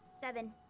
Seven